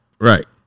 Right